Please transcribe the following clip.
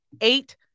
eight